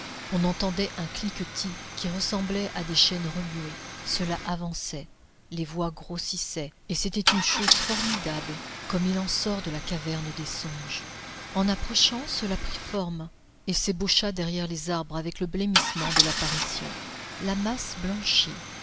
on entendait un cliquetis qui ressemblait à des chaînes remuées cela avançait les voix grossissaient et c'était une chose formidable comme il en sort de la caverne des songes en approchant cela prit forme et s'ébaucha derrière les arbres avec le blêmissement de l'apparition la masse blanchit